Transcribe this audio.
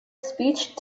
speech